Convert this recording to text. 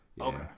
Okay